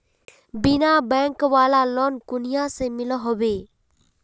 बिना बैंक वाला लोन कुनियाँ से मिलोहो होबे?